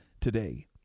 today